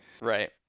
Right